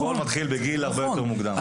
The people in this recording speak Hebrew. הכול מתחיל בגיל הרבה יותר מוקדם.